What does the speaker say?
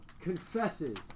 confesses